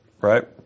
Right